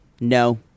no